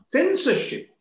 Censorship